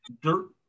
dirt